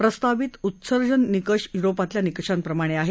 प्रस्तावित उत्सर्जन निकष य्रोपातल्या निकषांप्रमाणे आहेत